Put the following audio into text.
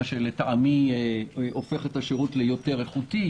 מה שלדעתי הופך את השירות ליותר איכותי,